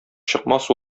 чыкмас